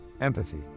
empathy